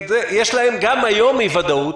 גם היום יש להם אי-ודאות,